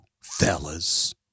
fellas